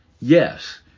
yes